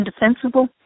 indefensible